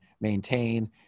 maintain